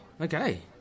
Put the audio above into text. Okay